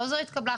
לא זו התקבלה,